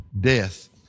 death